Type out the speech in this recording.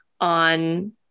on